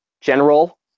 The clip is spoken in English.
General